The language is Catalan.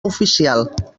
oficial